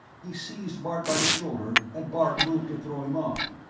he seized bart by the shoulder and bart moved to throw him off,